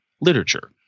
literature